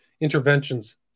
interventions